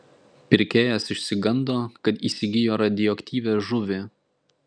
pirkėjas išsigando kad įsigijo radioaktyvią žuvį